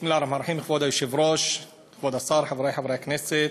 כבוד היושב-ראש, כבוד השר, חברי חברי הכנסת,